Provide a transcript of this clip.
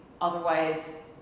otherwise